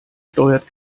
steuert